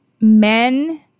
men